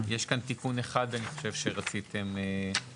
אני חושב שיש כאן תיקון אחד שרציתם לערוך.